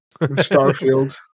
Starfield